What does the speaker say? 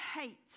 hate